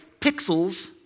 pixels